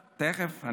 תכף.